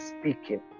speaking